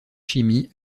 chimie